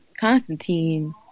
Constantine